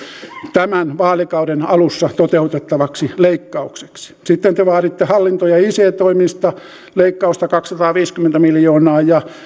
tämän vaalikauden alussa esititte toteutettavaksi leikkaukseksi sitten te vaaditte hallinto ja ic toimista leikkausta kaksisataaviisikymmentä miljoonaa ja